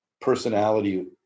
personality